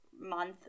month